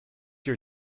your